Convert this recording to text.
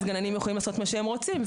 גננים יכולים לעשות מה שהם רוצים.